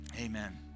amen